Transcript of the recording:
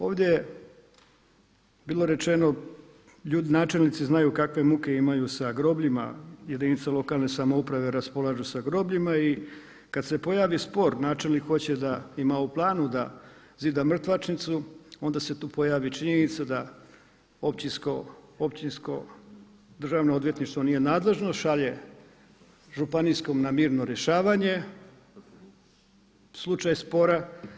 Ovdje je bilo rečeno načelnici znaju kakve muke imaju sa grobljima jedinice lokalne samouprave raspolažu sa grobljima i kada se pojavi spor načelnik hoće da ima u planu da zida mrtvačnicu onda se tu pojavi činjenica da općinsko državno odvjetništvo nije nadležno, šalje županijskom na mirno rješavanje slučaj spora.